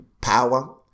power